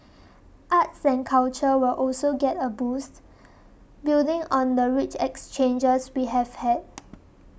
arts culture will also get a boost building on the rich exchanges we have had